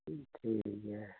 ठीक ऐ